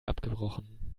abgebrochen